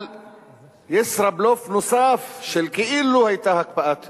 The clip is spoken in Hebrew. על ישראבלוף נוסף, שכאילו היתה הקפאת התנחלויות.